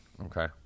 Okay